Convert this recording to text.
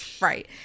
Right